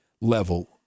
level